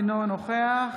אינו נוכח